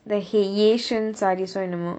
the heyeshan sarees oh என்னமோ:ennamo